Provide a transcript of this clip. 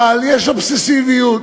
אבל יש אובססיביות.